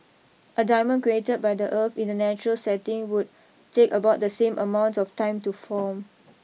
a diamond created by the earth in a natural setting would take about the same amount of time to form